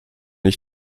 ich